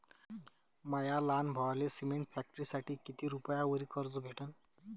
माया लहान भावाले सिमेंट फॅक्टरीसाठी कितीक रुपयावरी कर्ज भेटनं?